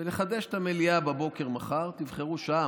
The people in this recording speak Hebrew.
ולחדש את המליאה מחר בבוקר, תבחרו שעה.